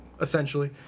essentially